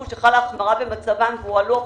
גם קיבלנו החלטה כאן בוועדה.